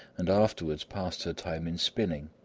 and afterwards passed her time in spinning,